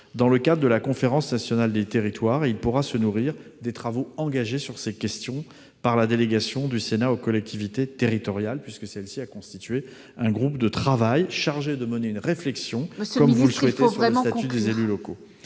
dans le cadre de la Conférence nationale des territoires. Il pourra se nourrir des travaux engagés sur ces questions par la délégation du Sénat aux collectivités territoriales puisque celle-ci a constitué un groupe de travail chargé de mener une réflexion sur le statut des élus locaux.